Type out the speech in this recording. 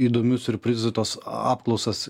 įdomių siurprizų tas apklausas